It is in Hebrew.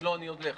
ואם לא, אני הולך.